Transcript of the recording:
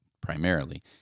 primarily